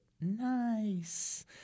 Nice